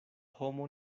homo